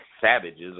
savages